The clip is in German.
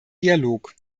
dialog